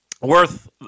worth